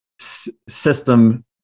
system